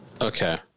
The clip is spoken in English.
Okay